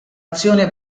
azione